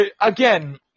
again